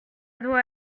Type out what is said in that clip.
doit